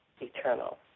eternal